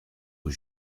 aux